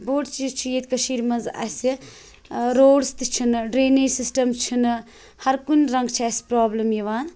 بوٚڈ چیٖز چھِ ییٚتہِ کٔشیٖرِ منٛز اَسہِ روڈٕس تہِ چھِنہٕ ڈرٛینیج سِسٹَم چھِنہٕ ہر کُنہِ رَنٛگہٕ چھِ اَسہِ پرٛابلِم یِوان